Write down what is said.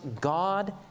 God